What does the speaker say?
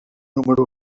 número